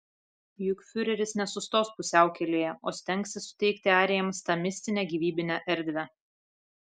juk fiureris nesustos pusiaukelėje o stengsis suteikti arijams tą mistinę gyvybinę erdvę